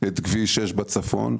את כביש 6 בצפון,